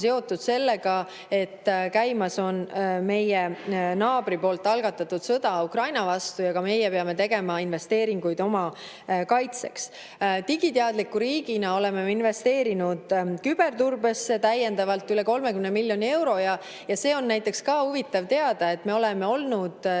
seotud sellega, et käimas on meie naabri algatatud sõda Ukraina vastu ja ka meie peame tegema investeeringuid oma kaitseks. Digiteadliku riigina oleme investeerinud küberturbesse täiendavalt üle 30 miljoni euro. Näiteks seda on ka huvitav teada, et me oleme olnud nüüd